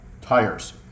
tires